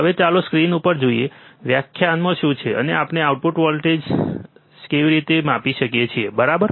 હવે ચાલો સ્ક્રીન ઉપર જોઈએ કે વ્યાખ્યા શું છે અને આપણે આઉટપુટ ઓફસેટ વોલ્ટેજ કેવી રીતે માપી શકીએ બરાબર